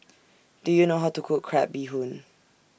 Do YOU know How to Cook Crab Bee Hoon